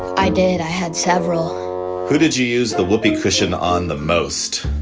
i did. i had several who did you use the whoopee cushion on the most?